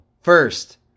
First